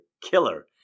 Killer